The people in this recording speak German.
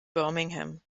birmingham